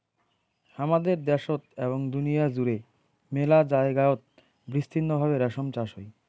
হামাদের দ্যাশোত এবং দুনিয়া জুড়ে মেলা জায়গায়ত বিস্তৃত ভাবে রেশম চাষ হই